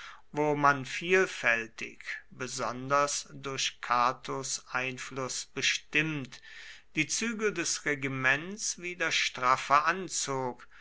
wo man vielfältig besonders durch catos einfluß bestimmt die zügel des regiments wieder straffer anzog